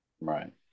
Right